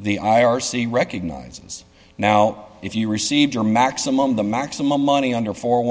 the i r c recognizes now if you received your maximum the maximum money under four